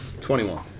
21